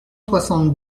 soixante